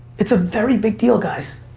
it's a very big deal guys.